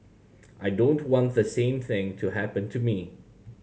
I don't want the same thing to happen to me